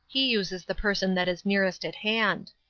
he uses the person that is nearest at hand.